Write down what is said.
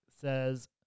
says